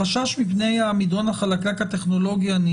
החשש מפני המדרון החלקלק הטכנולוגי, אני